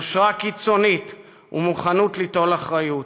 יושרה קיצונית ומוכנות ליטול אחריות.